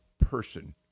person